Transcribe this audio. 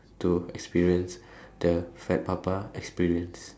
to experience the Fat Papa experience